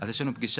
אז יש לנו פגישה,